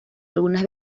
algunas